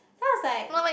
then I was like